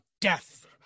death